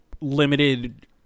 limited